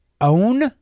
own